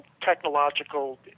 technological